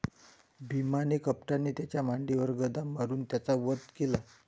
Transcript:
भीमाने कपटाने त्याच्या मांडीवर गदा मारून त्याचा वध केला